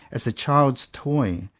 as a child's toy,